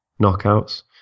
knockouts